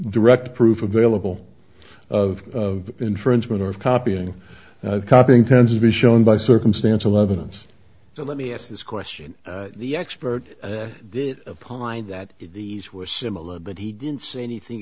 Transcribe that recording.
direct proof available of infringement of copying copying tends to be shown by circumstantial evidence so let me ask this question the expert did upon that these were similar but he didn't say anything